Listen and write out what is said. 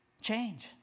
change